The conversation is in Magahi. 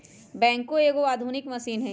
बैकहो एगो आधुनिक मशीन हइ